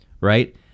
right